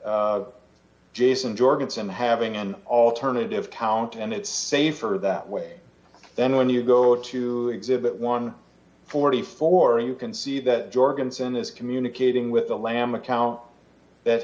jason jorgensen having an alternative count and it's safer that way then when you go to exhibit one hundred and forty four you can see that jorgensen is communicating with the lamb account that